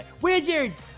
Wizards